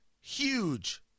huge